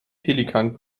pelikan